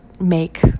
make